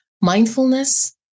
Mindfulness